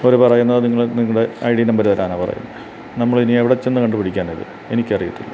അവർ പറയുന്നത് നിങ്ങൾ നിങ്ങളുടെ ഐ ഡി നമ്പർ തരാനാണ് പറയുന്നത് നമ്മളിനി എവിടെച്ചെന്നു കണ്ടുപിടിക്കാനാണ് ഇത് എനിക്കറിയത്തില്ല